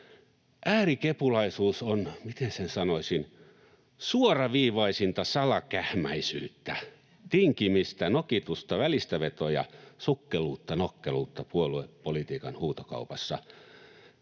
Äärikepulaisuus on, miten sen sanoisin, suoraviivaisinta salakähmäisyyttä, tinkimistä, nokitusta, välistävetoja, sukkeluutta ja nokkeluutta puoluepolitiikan huutokaupassa.